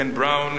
Ken Brown,